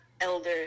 elder